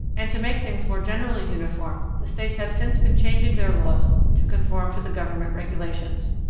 and to make things more generally uniform the states have since been changing their laws to conform to the government regulations.